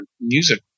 music